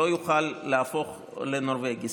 לא יוכל להפוך לנורבגי.